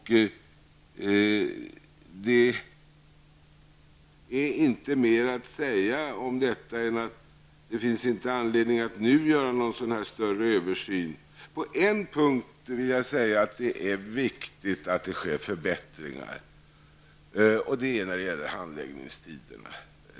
Om detta är inte mer att säga än att det nu inte finns anledning att göra någon större översyn. På en punkt är det viktigt att det sker förbättringar, nämligen när det gäller handläggningstiderna.